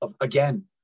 again